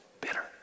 bitter